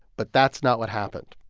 but that's not what happened.